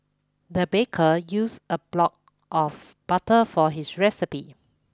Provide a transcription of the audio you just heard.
the baker used a block of butter for this recipe